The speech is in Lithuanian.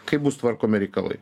kaip bus tvarkomi reikalai